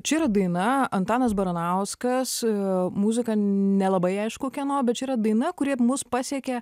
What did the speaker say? čia yra daina antanas baranauskas muzika nelabai aišku kieno bet čia yra daina kuri mus pasiekė